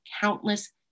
countless